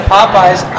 Popeyes